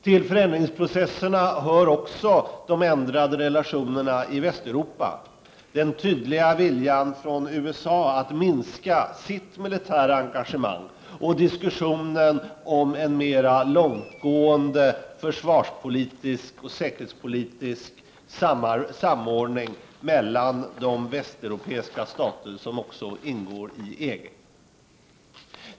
Till förändringsprocesserna hör också de ändrade relationerna i Västeuropa, den tydliga viljan från USA att minska sitt militära engagemang och diskussioner om en mera långtgående försvarspolitisk och säkerhetspolitisk samordning mellan de västeuropeiska stater som ingår i EG.